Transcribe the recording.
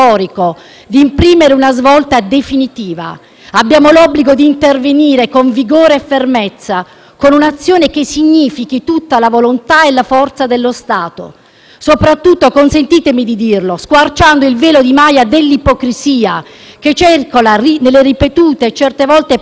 abbiamo l'obbligo di intervenire con vigore e fermezza, con un'azione che significhi tutta la volontà e la forza dello Stato, soprattutto - consentitemi di dirlo - squarciando il velo di Maya dell'ipocrisia che circola nelle ripetute e certe volte pericolosissime pronunce di buone intenzioni,